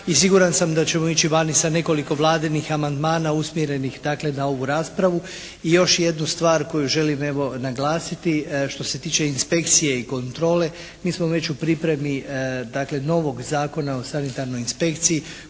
siguran sam da ćemo ići vani sa nekoliko Vladinih amandmana usmjerenih dakle na ovu raspravu. I još jednu stvar koju želim evo naglasiti. Što se tiče inspekcije i kontrole, mi smo već u pripremi dakle novog Zakona o sanitarnoj inspekciji